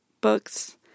books